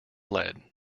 lead